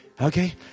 Okay